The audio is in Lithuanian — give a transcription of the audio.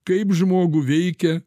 kaip žmogų veikia